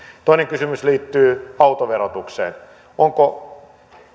toinen kysymys liittyy autoverotukseen onko